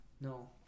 No